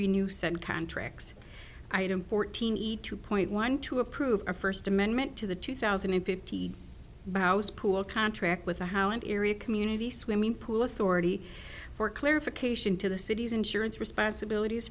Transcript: renew certain contracts item fourteen eat two point one to approve a first amendment to the two thousand and fifty house pool contract with the how and area community swimming pool authority for clarification to the city's insurance responsibilities